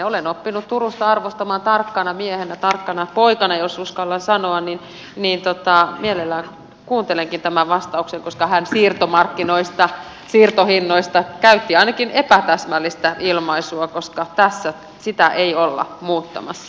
olen oppinut turusta arvostamaan tarkkana miehenä tarkkana poikana jos uskallan sanoa ja mielellään kuuntelenkin tämän vastauksen koska hän siirtomarkkinoista siirtohinnoista käytti ainakin epätäsmällistä ilmaisua koska tässä sitä ei olla muuttamassa